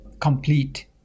complete